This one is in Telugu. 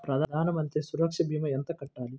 ప్రధాన మంత్రి సురక్ష భీమా ఎంత కట్టాలి?